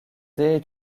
est